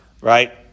right